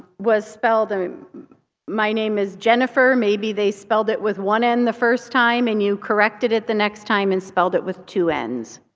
was spelled um my name is jennifer. maybe they spelled it with one n the first time and you corrected it. the next time you and spelled it with two n's.